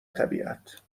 طبیعت